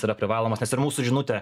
yra privalomas nes ir mūsų žinutė